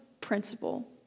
principle